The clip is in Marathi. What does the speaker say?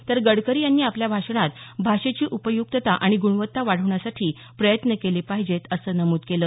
तर गडकरी यांनी आपल्या भाषणात भाषेची उपयुक्तता आणि गुणवत्ता वाढवण्यासाठी प्रयत्न केले पाहिजेत असं नमूद केलं